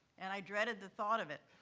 and i dreaded the thought of it.